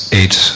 eight